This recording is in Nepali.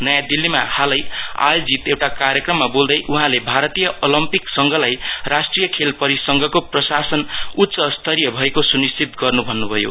नयाँ दिल्लीमाल हालै आज आयोजित एउटा कार्यक्रममा बोल्दै वहाँले भारतीय ओलेम्पिक संघलाई राष्ट्रिय खेल परिसंघहरुको प्रशासन उच्च स्वरीय भएको सुनिश्चित गर्नु भन्नुभयो